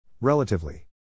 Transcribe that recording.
Relatively